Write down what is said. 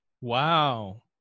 wow